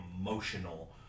emotional